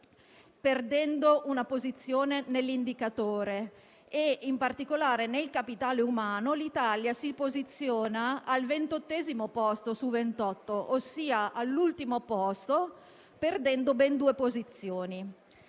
perdendo una posizione nell'indicatore; in particolare, nel capitale umano l'Italia si posiziona al ventottesimo posto su 28, ossia all'ultimo posto, perdendo ben due posizioni.